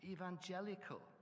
Evangelical